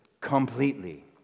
completely